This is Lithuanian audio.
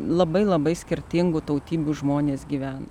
labai labai skirtingų tautybių žmonės gyvena